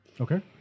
Okay